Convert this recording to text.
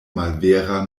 malvera